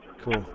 Cool